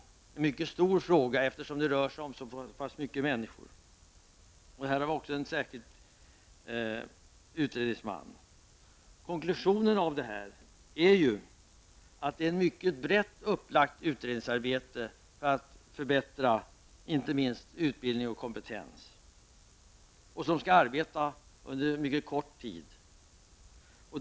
Det är en mycket stor fråga, eftersom det rör sig om så pass mycket människor. Vi har i detta sammanhang en särskild utredningsman. Konklusionen är att det pågår ett mycket brett upplagt utredningsarbete för att förbättra inte minst utbildning och kompetens. Och detta arbete skall ske under en mycket kort tid.